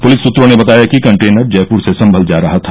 police सुत्रों ने बताया कि कंटनेर जयपुर से सम्मल जा रहा था